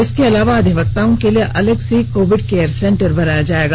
इसके अलावा अधिवक्ताओं के लिए अलग से कोविड केयर सेन्टर बनाया जाएगा